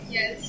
Yes